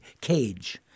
cage